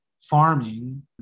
farming